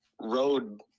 road